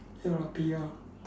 ya lor P_R